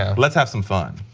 and let's have some fun.